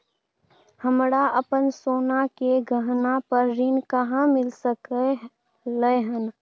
हमरा अपन सोना के गहना पर ऋण कहाॅं मिल सकलय हन?